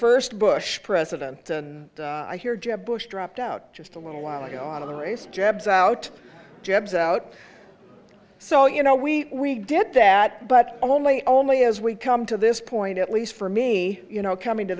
first bush president i hear jeb bush dropped out just a little while ago on the race jabs out jeb's out so you know we did that but only only as we come to this point at least for me you know coming to